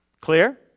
clear